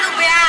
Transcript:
אנחנו בעד.